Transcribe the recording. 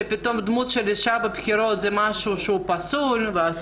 שפתאום כל פעם דמות של אישה זה פסול ואסור.